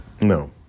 No